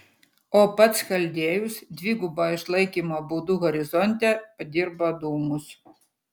o pats chaldėjus dvigubo išlaikymo būdu horizonte padirbo dūmus